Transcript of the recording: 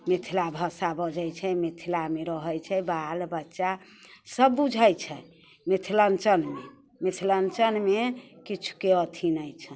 मिथिला भाषा बजै छै मिथिलामे रहै छै बाल बच्चा सब बुझै छै मिथिलाञ्चलमे मिथिलाञ्चलमे किछुके अथी नहि छै